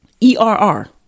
E-R-R